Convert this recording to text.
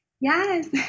yes